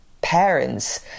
Parents